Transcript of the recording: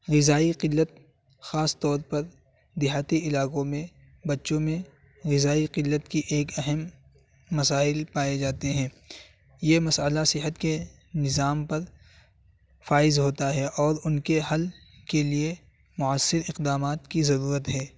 غذائی قلت خاص طور پر دیہاتی علاقوں میں بچوں میں غذائی قلت کی ایک اہم مسائل پائے جاتے ہیں یہ مسئلہ صحت کے نظام پر فائز ہوتا ہے اور ان کے حل کے لیے مؤثر اقدامات کی ضرورت ہے